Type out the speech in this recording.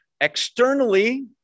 Externally